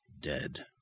dead